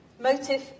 Motive